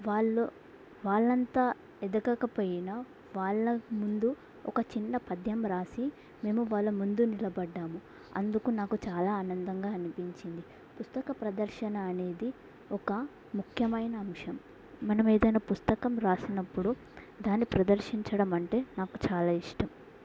వాళ్ళు వాళ్లంతా ఎదగకపోయినా వాళ్ళ ముందు ఒక చిన్న పద్యం రాసి మేము వాళ్ళ ముందు నిలబడ్డాము అందుకు నాకు చాలా ఆనందంగా అనిపించింది పుస్తక ప్రదర్శన అనేది ఒక ముఖ్యమైన అంశం మనం ఏదైనా పుస్తకం రాసినప్పుడు దాన్ని ప్రదర్శించడం అంటే నాకు చాలా ఇష్టం